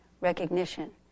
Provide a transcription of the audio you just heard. recognition